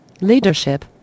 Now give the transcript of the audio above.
Leadership